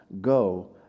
go